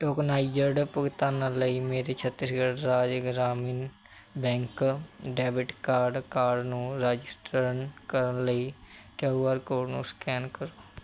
tokenised ਭੁਗਤਾਨਾਂ ਲਈ ਮੇਰੇ Chhattisgarh Raj Gramin Bank debit card card ਨੂੰ ਰਾਜਿਸਟਰਨ ਕਰਨ ਲਈ ਕਯੂ ਆਰ ਕੋਡ ਨੂੰ ਸਕੈਨ ਕਰੋ